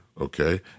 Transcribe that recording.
okay